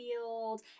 field